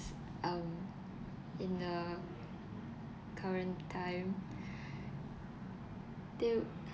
um in the current time till they